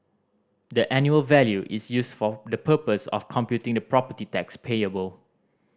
the annual value is used for the purpose of computing the property tax payable